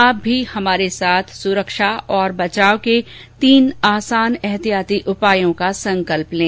आप भी हमारे साथ सुरक्षा और बचाव के तीन आसान एहतियाती उपायों का संकल्प लें